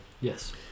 Yes